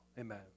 Amen